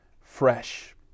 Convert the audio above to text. Fresh